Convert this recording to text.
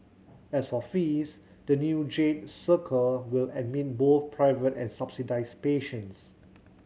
as for fees the new Jade Circle will admit both private and subsidised patients